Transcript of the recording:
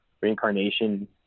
reincarnation